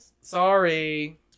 Sorry